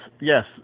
yes